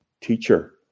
Teacher